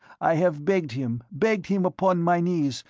i have begged him, begged him upon my knees,